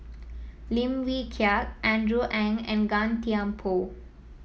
Lim Wee Kiak Andrew Ang and Gan Thiam Poh